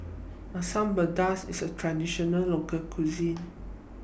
Asam Pedas IS A Traditional Local Cuisine